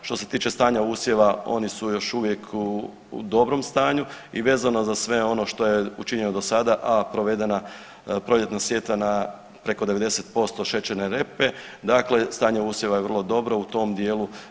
Što se tiče stanja usjeva oni su još u dobrom stanju i vezano za sve ono što je učinjeno dosada, a provedena proljetna sjetva na preko 90% šećerne repe dakle stanje usjeva je vrlo dobro u tom dijelu.